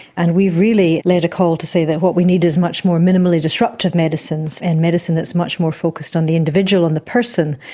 and we've really led a call to say that what we need is much more minimally disruptive medicines and medicine that is much more focused on the individual, on the person,